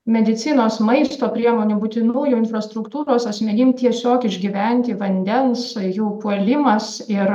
medicinos maisto priemonių būtinų infrastruktūros asmenim tiesiog išgyventi vandens jų puolimas ir